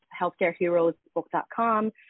healthcareheroesbook.com